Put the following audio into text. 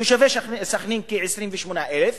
תושבי סח'נין הם כ-28,000,